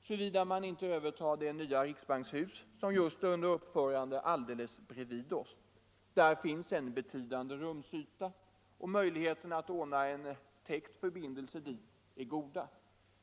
såvida man inte övertar det nya riksbankshus som just är under uppförande alldeles bredvid oss. Där finns en betydande rumsyta, och möjligheterna att ordna en täckt förbindelse dit är goda.